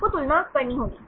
आपको तुलना करनी होगी